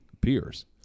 peers